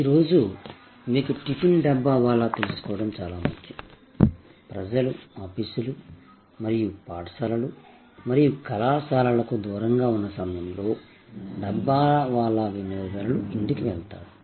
ఈరోజు మీకు tiffin dabbawala తెలుసుకోవడం చాలా ముఖ్యం ప్రజలు ఆఫీసులు మరియు పాఠశాలలు మరియు కళాశాలలకు దూరంగా ఉన్న సమయంలో డబ్బావాలా వినియోగదారుల ఇంటికి వెళ్తాడు